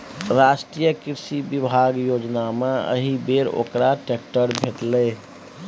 राष्ट्रीय कृषि विकास योजनामे एहिबेर ओकरा ट्रैक्टर भेटलै